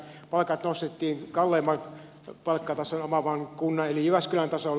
palkat nostettiin kalleimman palkkatason omaavan kunnan eli jyväskylän tasolle